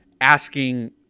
asking